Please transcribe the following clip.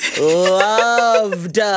loved